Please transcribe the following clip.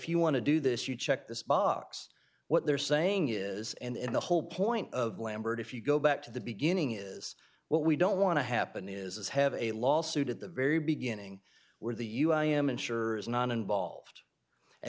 you want to do this you check this box what they're saying is and the whole point of lambert if you go back to the beginning is what we don't want to happen is have a lawsuit at the very beginning where the you i am insurers not involved and